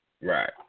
Right